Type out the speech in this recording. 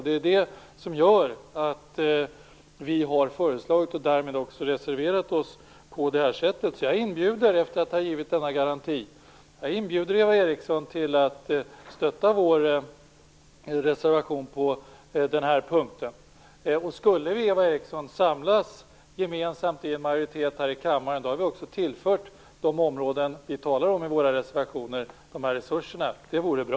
Det är det som gjort att vi har lagt fram förslag och därmed också reserverat oss på det här sättet. Jag inbjuder, efter att ha givit denna garanti, Eva Eriksson till att stötta vår reservation på den här punkten. Skulle vi, Eva Eriksson, samlas gemensamt i en majoritet här i kammaren har vi också tillfört de områden vi talar om i våra reservationer de här resurserna. Det vore bra.